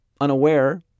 unaware